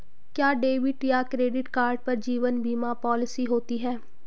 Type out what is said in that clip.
क्या डेबिट या credit card पर जीवन बीमा पॉलिसी होती है?